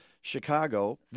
Chicago